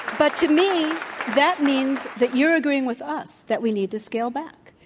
but to me that means that you're agreeing with us that we need to scale back.